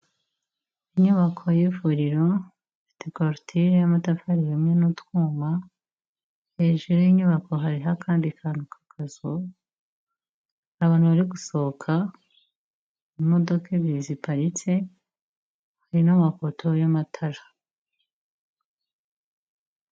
Inyubako y'ivuriro ifite korotire y'amatafari hamwe n'utwuma, hejuru y'inyubako hariho akandi kantu k'akazu. Hari abantu bari gusohoka, imodoka ebyiri ziparitse, hari n'amapoto y'amatara.